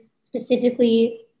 specifically